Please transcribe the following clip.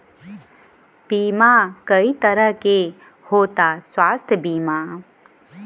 बीमा कई तरह के होता स्वास्थ्य बीमा?